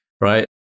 right